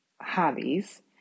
hobbies